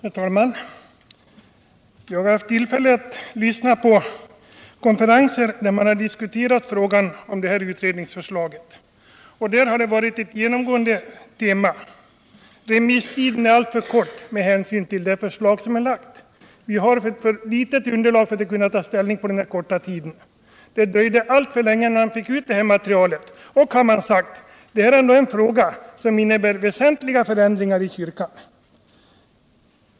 Herr talman! Jag har haft tillfälle att närvara vid konferenser där man diskuterat frågan om utredningsförslaget, och där har det genomgående temat varit att remisstiden är alltför kort. Man har ansett att underlaget är alltför knapphändigt för att man skall kunna ta ställning under denna korta tid. Det dröjde alltför länge innan materialet skickades ut. Och, har man sagt, detta är en fråga som innebär väsentliga förändringar i kyrkan.